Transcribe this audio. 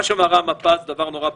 מה שמראה המפה זה דבר נורא פשוט,